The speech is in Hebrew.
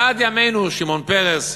ועד ימינו, שמעון פרס,